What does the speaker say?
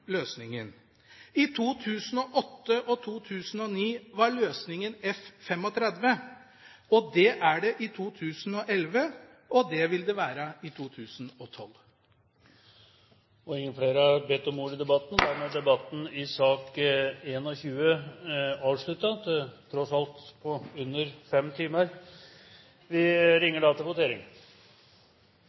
I 2008 og 2009 var løsningen F-35. Det er det i 2011, og det vil det være i 2012. Flere har ikke bedt om ordet til sak nr. 21. Dermed er debatten avsluttet – tross alt på under fem timer! Da går Stortinget til votering